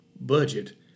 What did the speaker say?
budget